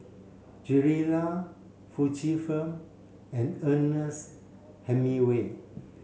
Gilera Fujifilm and Ernest Hemingway